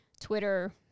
Twitter